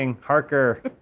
Harker